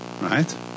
right